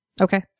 Okay